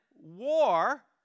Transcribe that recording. war